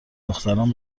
دختران